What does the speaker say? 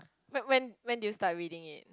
when when when do you start reading it